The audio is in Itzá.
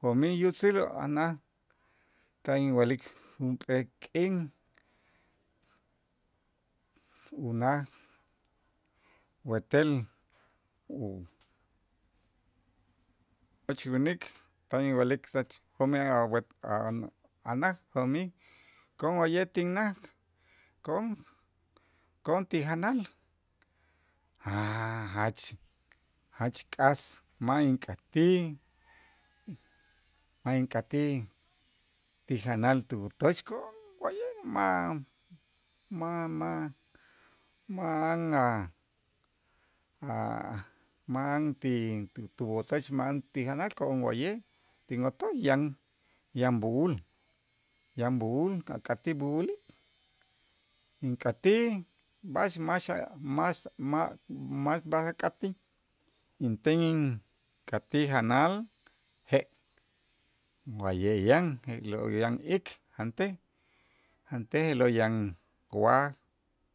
jo'mij yutzil a' naj tan inwa'lik junp'ee k'in unaj wetel u- och winik tan inwa'lik sach jo'mij a' wet a' naj jo'mij kon wa'ye' tinnaj ko'on, ko'on ti janal jach jach k'as ma' ink'atj ma' ink'atij ti janal tuyotoch ko'on wa'ye' ma' ma' ma' ma'an a' a' ma'an ti tuwotoch ma'an ti janal ko'on wa'ye' tinwotoch yan yan b'u'ul yan b'u'ul, ak'atij b'u'ul ink'atij b'a'ax max a' max ma' ma' ak'atij, inten ink'atij janal je' wa'ye' yan je'lo' yan ik jantej jantej je'lo' yan waj